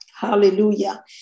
Hallelujah